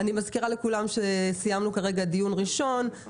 אני מזכירה לכולם שסיימנו כרגע דיון ראשון,